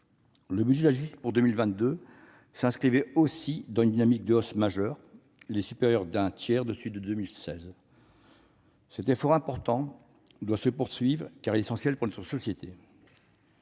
Le budget de la justice pour 2022 s'inscrivait également dans une dynamique de hausse majeure, supérieur d'un tiers à celui de 2016. Cet effort important doit se poursuivre, car il est essentiel pour notre société.